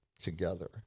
together